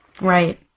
Right